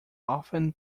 often